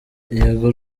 yego